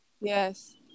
Yes